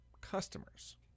customers